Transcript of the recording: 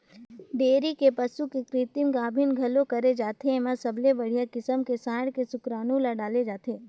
dairy के पसू के कृतिम गाभिन घलोक करे जाथे, एमा सबले बड़िहा किसम के सांड के सुकरानू ल डाले जाथे